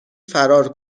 فرار